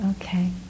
Okay